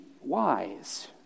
wise